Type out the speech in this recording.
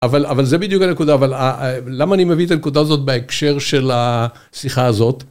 אבל זה בדיוק הנקודה, אבל למה אני מביא את הנקודה הזאת בהקשר של השיחה הזאת?